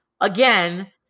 Again